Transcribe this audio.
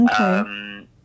Okay